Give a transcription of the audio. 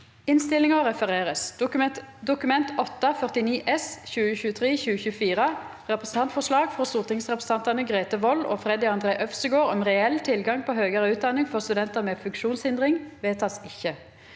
v e d t a k : Dokument 8:49 S (2023–2024) – Representantforslag fra stortingsrepresentantene Grete Wold og Freddy André Øvstegård om reell tilgang på høyere utdanning for studenter med funksjonshindring – vedtas ikke.